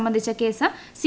സംബന്ധിച്ചു case C